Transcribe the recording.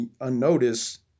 unnoticed